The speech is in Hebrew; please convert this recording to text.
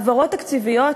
העברות תקציביות